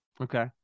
Okay